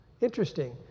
Interesting